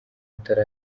atari